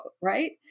Right